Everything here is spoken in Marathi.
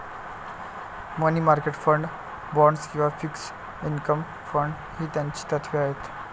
मनी मार्केट फंड, बाँड्स किंवा फिक्स्ड इन्कम फंड ही त्याची तत्त्वे आहेत